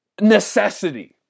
necessity